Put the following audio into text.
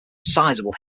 sizable